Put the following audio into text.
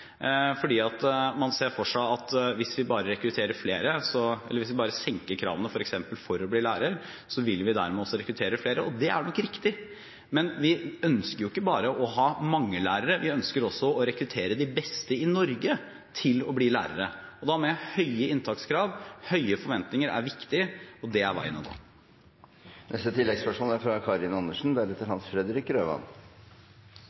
Man ser for seg at hvis vi bare rekrutterer flere, eller hvis vi bare senker kravene f.eks. for å bli lærer, vil vi også rekruttere flere. Det er nok riktig, men vi ønsker jo ikke bare å ha mange lærere, vi ønsker også å rekruttere de beste i Norge til å bli lærere. Da mener jeg høye inntakskrav og høye forventinger er viktig, og det er veien å gå.